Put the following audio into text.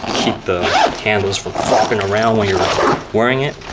keep the handles from flopping around when you're wearing it.